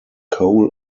coal